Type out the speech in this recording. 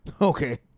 Okay